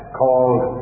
called